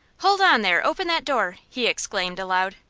hold on there! open that door! he exclaimed, aloud.